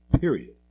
Period